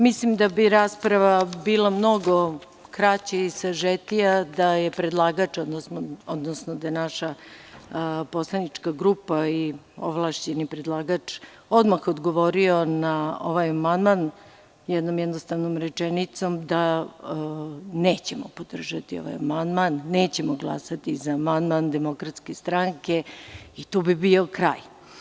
Mislim da bi rasprava bila mnogo kraća i sažetija da je predlagač, odnosno da je naša poslanička grupa i ovlašćeni predlagač odmah odgovorio na ovaj amandman sa jednom rečenicom da nećemo podržati ovaj amandman, da nećemo glasati za amandman DS i tu bi bio kraj.